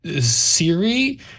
Siri